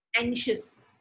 anxious